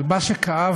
אבל מה שכאב,